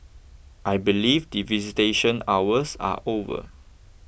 I believe the visitation hours are over